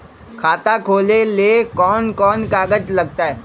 खाता खोले ले कौन कौन कागज लगतै?